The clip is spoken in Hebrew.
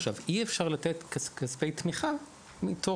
עכשיו, אי אפשר לתת כספי תמיכה מתוך